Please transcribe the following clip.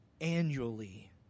annually